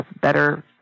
better